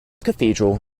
cathedral